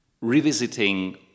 revisiting